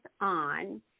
on